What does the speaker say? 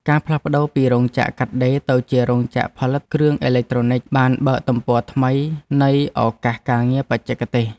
ការផ្លាស់ប្តូរពីរោងចក្រកាត់ដេរទៅជារោងចក្រផលិតគ្រឿងអេឡិចត្រូនិចបានបើកទំព័រថ្មីនៃឱកាសការងារបច្ចេកទេស។